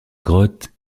grotte